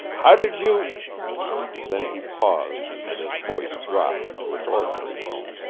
how did you then he paused and his voice dropped to its ordinary tone.